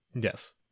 Yes